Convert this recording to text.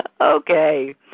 Okay